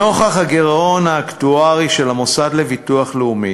נוכח הגירעון האקטוארי של המוסד לביטוח לאומי,